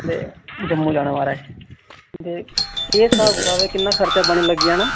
ते जम्मू जाना महाराज ते केह् स्हाब कताब ऐ किन्ना खर्चा पानी लग्गी जाना